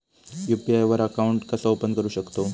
UPI वर account कसा open करू शकतव?